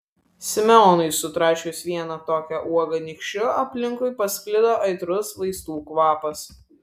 simeonui sutraiškius vieną tokią uogą nykščiu aplinkui pasklido aitrus vaistų kvapas